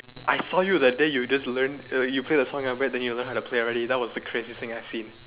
I saw you that day you just learnt you play the song then after that you learnt how to play already that was the craziest thing I've seen